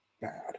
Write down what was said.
bad